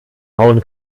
hauen